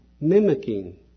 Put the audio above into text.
mimicking